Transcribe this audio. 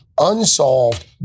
unsolved